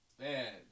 Man